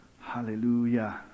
Hallelujah